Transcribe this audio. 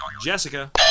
Jessica